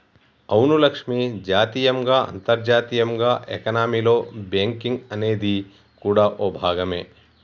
అవును లక్ష్మి జాతీయంగా అంతర్జాతీయంగా ఎకానమీలో బేంకింగ్ అనేది కూడా ఓ భాగమే